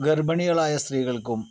ഗർഭിണികളായ സ്ത്രീകൾക്കും